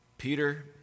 Peter